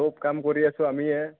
চব কাম কৰি আছোঁ আমিয়ে